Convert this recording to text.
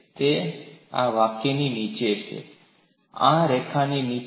તે આ વાક્યની નીચે આ રેખાની નીચે છે